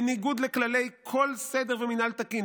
בניגוד לכללי כל סדר ומינהל תקין,